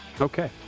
Okay